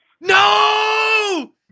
no